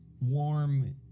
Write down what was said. warm